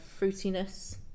fruitiness